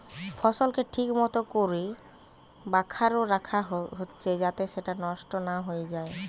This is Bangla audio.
ফসলকে ঠিক মতো কোরে বাখারে রাখা হচ্ছে যাতে সেটা নষ্ট না হয়ে যায়